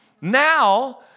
now